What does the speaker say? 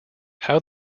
how